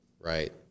right